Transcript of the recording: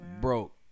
Broke